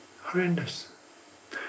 horrendous